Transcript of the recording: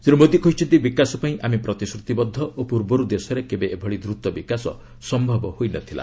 ଶ୍ରୀ ମୋଦି କହିଛନ୍ତି ବିକାଶ ପାଇଁ ଆମେ ପ୍ରତିଶ୍ରତିବଦ୍ଧ ଓ ପୂର୍ବରୁ ଦେଶରେ କେବେ ଏଭଳି ଦ୍ରତ ବିକାଶ ସମ୍ଭବ ହୋଇନଥିଲା